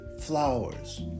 flowers